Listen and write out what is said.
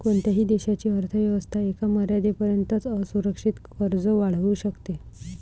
कोणत्याही देशाची अर्थ व्यवस्था एका मर्यादेपर्यंतच असुरक्षित कर्ज वाढवू शकते